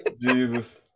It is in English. Jesus